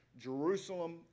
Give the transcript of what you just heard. Jerusalem